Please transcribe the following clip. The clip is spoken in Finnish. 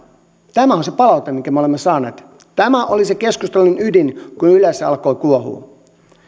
tämä on se palaute minkä me olemme saaneet tämä oli se keskustelun ydin kun ylessä alkoi kuohua